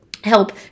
help